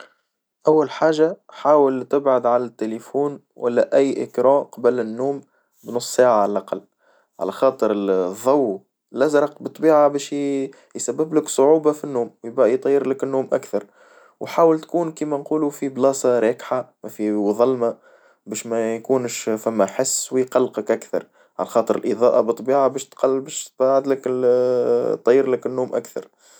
أول حاجة حاول تبعد عن التليفون ولا أي إجراء قبل النوم بنص ساعة على الأقل على خاطر الظو الأزرق بالطبيعة بشي يسبب لك صعوبة في النوم يبقى يطير لك النوم أكثر، وحاول تكون كيما نقولو في بلاصة راكحة وفي وظلمة باش ما يكون فما حس ويقلقك أكثر على خاطر الإضاءة بالطبيعة باش تقلب باش تبعدلك ال تطير لك النوم اكثر.